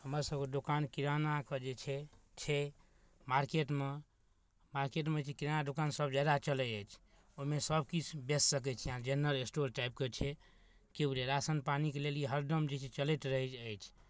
हमरासभके दोकान किरानाके जे छै छै मार्केटमे मार्केटमे जे किराना दोकानसभ ज्यादा चलै अछि ओहिमे सभकिछु बेचि सकै छी अहाँ जेनरल स्टोर टाइपके छै की बुझलियै राशन पानीके लेल ई हरदम जे छै चलैत रहैत अछि